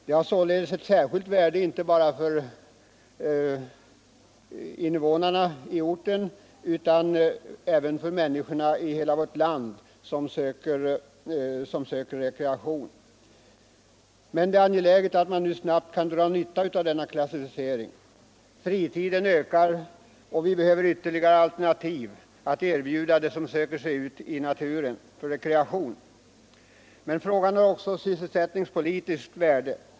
De har således ett särskilt värde, inte bara för invånarna på orten utan för de människor i hela vårt land som söker rekreation. Men det är angeläget att man nu snabbt kan dra nytta av denna klassificering. Fritiden ökar, och vi behöver ytterligare alternativ att erbjuda dem som söker sig ut i naturen för rekreation. Samtidigt har frågan sysselsättningspolitisk betydelse.